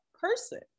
person